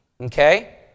okay